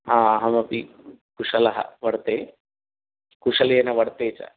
हा अहमपि कुशलः वर्ते कुशलेन वर्ते च